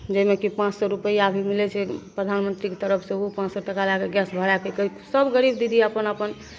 जाहिमेकि पाँच सओ रुपैआ भी मिलै प्रधानमन्त्रीके तरफसे ओहो पाँच सओ टका लैके गैस सब भरैके सभ गरीब दीदी अपन अपन